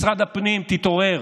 משרד הפנים, תתעורר.